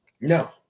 No